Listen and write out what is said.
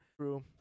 True